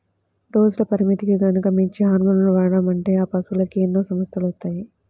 డోసుల పరిమితికి గనక మించి హార్మోన్లను వాడామంటే ఆ పశువులకి ఎన్నో సమస్యలొత్తాయి